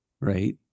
right